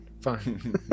fine